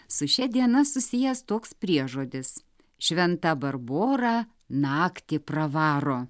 su šia diena susijęs toks priežodis šventa barbora naktį pravaro